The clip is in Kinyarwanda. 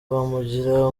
bamugira